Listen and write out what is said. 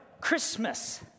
christmas